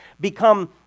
become